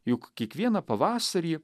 juk kiekvieną pavasarį